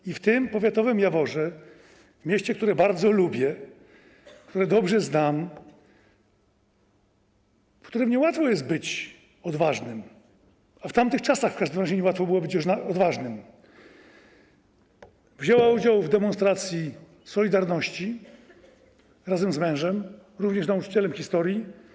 I w tym powiatowym Jaworze, w mieście, które bardzo lubię, które dobrze znam, w którym niełatwo jest być odważnym, a w tamtych czasach w każdym razie niełatwo było być odważnym, wzięła udział w demonstracji „Solidarności” razem z mężem, również nauczycielem historii.